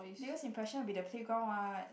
biggest impression will be the playground [what]